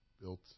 built